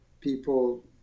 people